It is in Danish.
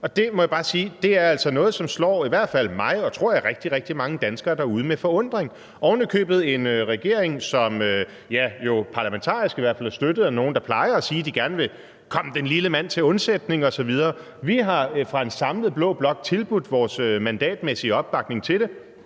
mig og, tror jeg, rigtig, rigtig mange danskere derude med forundring. Det er ovenikøbet en regering, som jo parlamentarisk i hvert fald er støttet af nogle, der plejer at sige, at de gerne vil komme den lille mand til undsætning osv. Vi har fra en samlet blå blok tilbudt vores mandatmæssige opbakning til det,